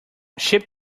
ship